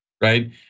right